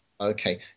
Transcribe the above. okay